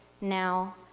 now